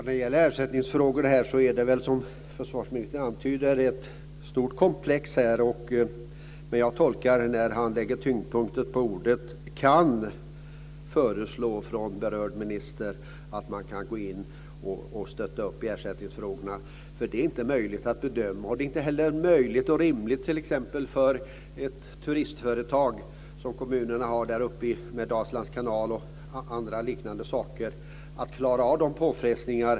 Fru talman! Försäkringsfrågorna här är, som försvarsministern antyder, ett stort komplex. När han sade att berörd minister kan föreslå stöd i ersättningsfrågorna lade han tyngdpunkten på ordet kan. Det är inte möjligt att bedöma. Det är inte heller rimligt att t.ex. ett kommunalt turistföretag i anslutning till Dalslands kanal ska kunna klara sådana här påfrestningar.